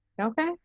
Okay